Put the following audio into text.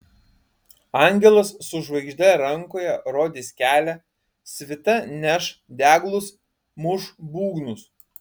angelas su žvaigžde rankoje rodys kelią svita neš deglus muš būgnus